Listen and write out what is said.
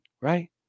right